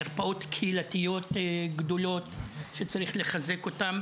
יש גם מרפאות קהילתיות גדולות שצריך לחזק אותן,